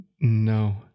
No